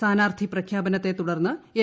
സ്ഥാനാർത്ഥി പ്രഖ്യാപനത്തെ തുടർന്ന് എൽ